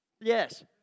Yes